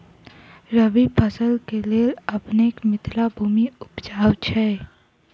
रबी फसल केँ लेल अपनेक मिथिला भूमि उपजाउ छै